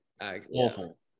awful